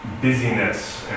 busyness